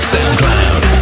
SoundCloud